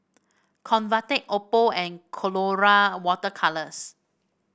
Convatec Oppo and Colora Water Colours